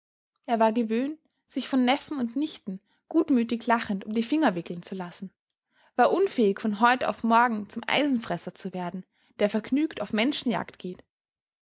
er war gewöhnt sich von neffen und nichten gutmütig lachend um die finger wickeln zu lassen war unfähig von heut auf morgen zum eisenfresser zu werden der vergnügt auf menschenjagd geht